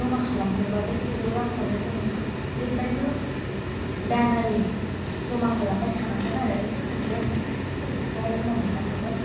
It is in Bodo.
जमा खालामदोंबा बे सेजौ रांखौनो जों जेब्लायबो दानारि जमा खालायबाय थानांगोन आरो जों बे फिक्स डिपजिटखौहाय जों उननाव मोन्नो हागोन